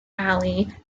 ali